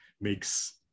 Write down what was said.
makes